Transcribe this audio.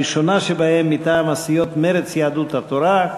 הראשונה שבהן, מטעם הסיעות מרצ ויהדות התורה: